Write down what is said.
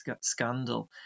scandal